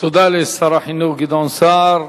תודה לשר החינוך גדעון סער.